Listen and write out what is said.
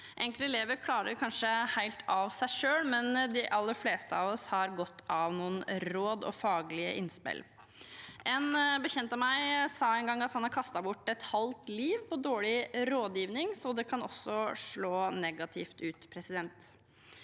Enkelte elever klarer det kanskje helt av seg selv, men de aller fleste av oss har godt av noen råd og faglige innspill. En bekjent av meg sa en gang at han har kastet bort et halvt liv på grunn av dårlig rådgivning, så det kan også slå negativt ut.